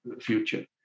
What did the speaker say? future